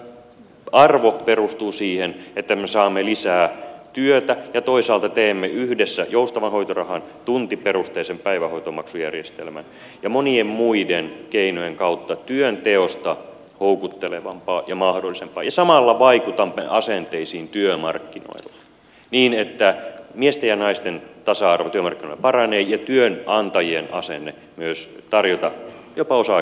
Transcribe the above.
tämän arvo perustuu siihen että me saamme lisää työtä ja toisaalta teemme yhdessä joustavan hoitorahan tuntiperusteisen päivähoitomaksujärjestelmän ja monien muiden keinojen kautta työnteosta houkuttelevampaa ja mahdollisempaa ja samalla vaikutamme asenteisiin työmarkkinoilla niin että miesten ja naisten tasa arvo työmarkkinoilla paranee ja työnantajien asenne myös tarjota jopa osa aikaista työtä paranee